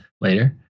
later